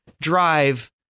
drive